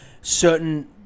certain